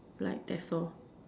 like that's all